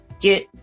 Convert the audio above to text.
get